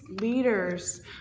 leaders